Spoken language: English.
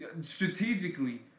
Strategically